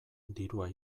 dirua